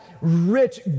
rich